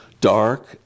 dark